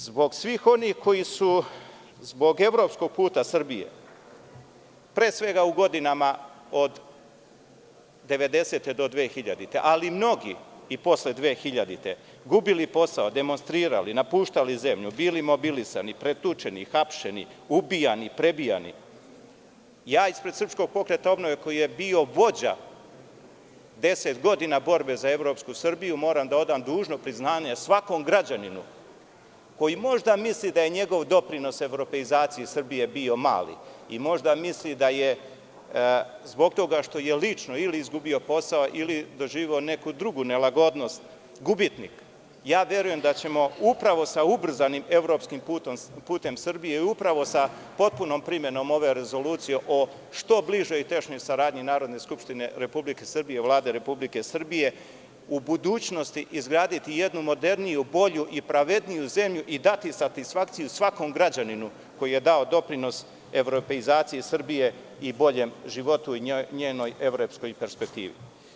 Zbog svih onih koji su zbog evropskog puta Srbije, pre svega u godinama od 1990. do 2000, ali mnogi i posle 2000. godine gubili posao, demonstrirali, napuštali zemlju, bili mobilisani, pretučeni, hapšeni, ubijani, prebijani, ja ispred SPO, koji je bio vođa 10 godina borbe za evropsku Srbiju, moram da odam dužno priznanje svakom građaninu koji možda misli da je njegov doprinos evropeizaciji Srbije bio mali i možda misli da je zbog toga što je lično ili izgubio posao ili doživeo neku drugu nelagodnost gubitnik, ja verujem da ćemo upravo sa ubrzanim evropskim putem Srbije i upravo sa potpunom primenom ove rezolucije o što bližoj i tešnjoj saradnji Narodne skupštine Republike Srbije i Vlade Republike Srbije, u budućnosti izgraditi jednu moderniju, bolju i pravedniju zemlju i dati satisfakciju svakom građaninu koji je dao doprinos evropeizaciji Srbije i boljem životu i njenoj evropskoj perspektivi.